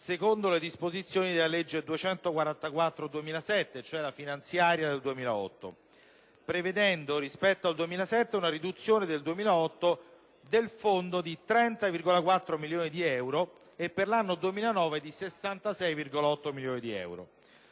secondo le disposizioni della legge n. 244 del 2007, cioè la finanziaria del 2008, prevedendo rispetto al 2007 una riduzione del fondo di 30,4 milioni di euro e per l'anno 2009 di 66,8 milioni di euro.